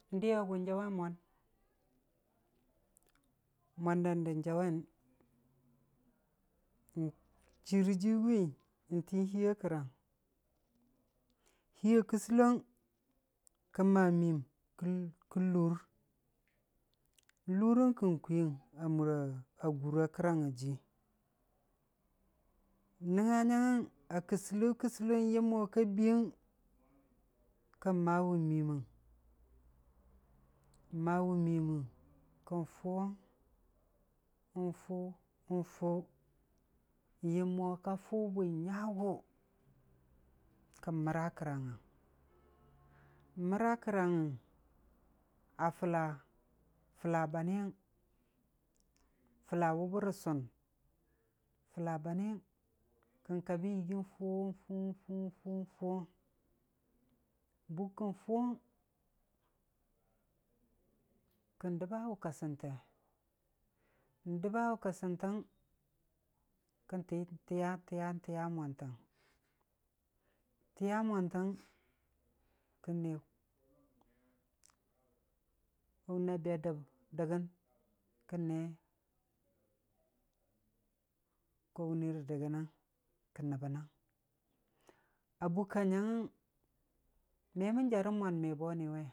N'diye wa gʊn jaʊwen mwan, mwan dan dən jaʊwen, jii rə jiiguwi, n'kwi hiiya kərang, hiiya kɨssɨlong kən ma miim kən- kən lur, n'lurəng kən kwii a mura gur a kərang a jii, n'nəngnga nyang ngəng, a kɨssɨlo kɨssɨlo yəm mo ka biiyəng, kən mawʊ miiməng, mawʊ miiməng kən fʊwʊng, n'fʊ n'fʊ, yəm mo ka fʊbwi nyagʊ, kən məra kərangngəng, n'məra kərangngəng, a fəllar fəla baniyəng, fəlla wʊbə rə sʊn, fəlla baniyəng, kən kabi yɨgii fʊ, fʊ, fʊ, fʊwʊng, bʊkkən fʊwʊng, kən dəbawʊ kasəntəng, n'dəbawʊ kasəntang, kən ti- tiya, tiya. tiya mwantəng, tiya mwantəng kən ne ko wuna be dəb dəgən, kən ne ko wunə rə dəgənəng, kən nəbənəng, a buk ka nyangnəng me mən jarə mwan me boni me.